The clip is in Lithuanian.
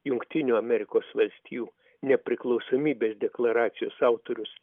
jungtinių amerikos valstijų nepriklausomybės deklaracijos autorius